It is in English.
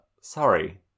sorry